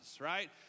right